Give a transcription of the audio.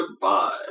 goodbye